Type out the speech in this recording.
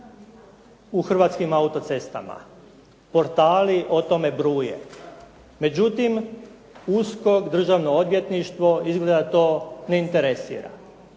u Hrvatskim autocestama. Portali o tome bruje. Međutim, USKOK i Državno odvjetništvo izgleda to ne interesira.